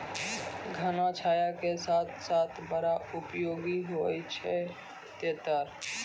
घना छाया के साथ साथ बड़ा उपयोगी होय छै तेतर